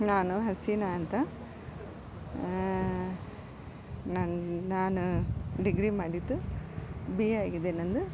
ನಾನು ಹಸೀನಾ ಅಂತ ನನ್ನ ನಾನು ಡಿಗ್ರಿ ಮಾಡಿದ್ದು ಬಿ ಎ ಆಗಿದೆ ನನ್ನದು